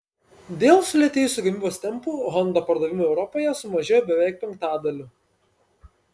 dėl sulėtėjusių gamybos tempų honda pardavimai europoje sumažėjo beveik penktadaliu